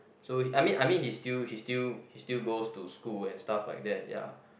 so he I mean I mean he still he still he still goes to school and stuff like that ya